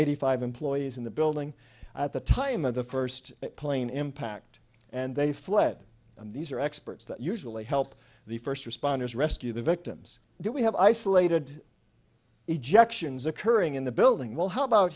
eighty five employees in the building at the time of the first plane impact and they fled and these are experts that usually help the first responders rescue the victims that we have isolated ejections occurring in the building well how about